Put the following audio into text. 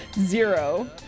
zero